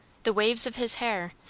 the waves of his hair,